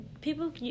people